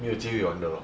没有机会玩的 lor